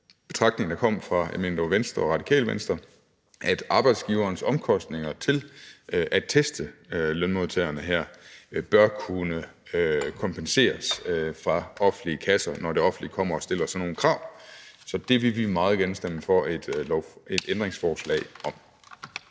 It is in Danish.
betragtning, der kom fra Venstre og Radikale Venstre, mener jeg det var, om, at arbejdsgiverens omkostninger til at teste lønmodtagerne her bør kunne kompenseres fra offentlige kasser, når det offentlige kommer og stiller sådan nogle krav. Så det vil vi meget gerne stemme for et ændringsforslag om.